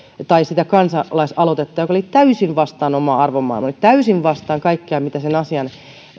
tai sitä kansalaisaloitetta joka oli täysin vastoin omaa arvomaailmaani täysin vastaan kaikkea mitä sen asian